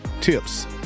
tips